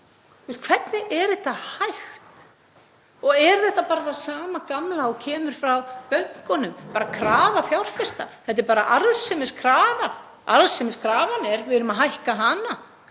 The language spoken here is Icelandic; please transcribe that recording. þetta hægt? Er þetta bara það sama gamla og kemur frá bönkunum? Þetta er bara krafa fjárfesta, þetta er bara arðsemiskrafan. Við erum að hækka hana.